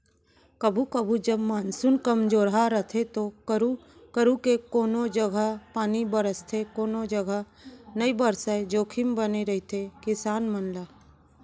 कभू कभू जब मानसून कमजोरहा रथे तो करू करू के कोनों जघा पानी बरसथे कोनो जघा नइ बरसय जोखिम बने रहिथे किसान मन ला